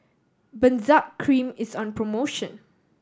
Benzac Cream is on promotion